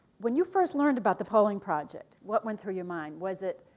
when you first learned about the polling project, what went through your mind? was it,